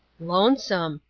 lonesome!